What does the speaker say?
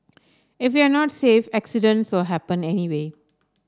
if you're not safe accidents will happen anyway